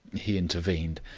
he intervened.